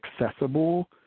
accessible